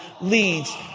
leads